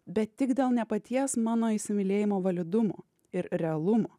bet tik dėl ne paties mano įsimylėjimo validumo ir realumo